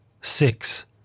six